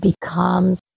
becomes